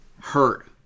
hurt